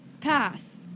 Pass